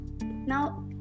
Now